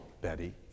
Betty